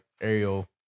Ariel